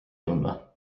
tundma